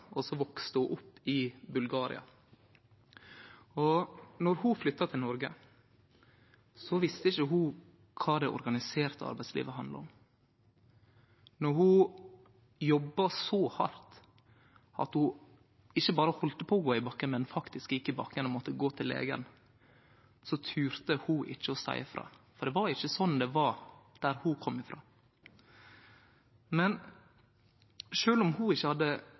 flytta til Noreg, visste ikkje ho kva det organiserte arbeidslivet handla om. Då ho jobba så hardt at ho ikkje berre heldt på å gå i bakken, men faktisk gjekk i bakken og måtte gå til legen, torde ho ikkje å seie frå, for det var ikkje sånn det var der ho kom frå. Men sjølv om ho ikkje hadde